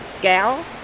gal